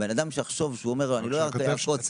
שבן אדם יחשוב ויאמר אני לא אעקוץ --- לא לעשות קלות בהחלטות.